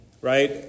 right